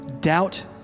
doubt